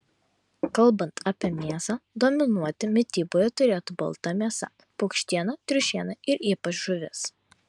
kalbant apie mėsą dominuoti mityboje turėtų balta mėsa paukštiena triušiena ir ypač žuvis